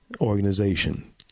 organization